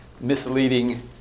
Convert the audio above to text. misleading